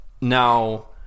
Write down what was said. now